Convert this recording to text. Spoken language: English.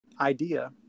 idea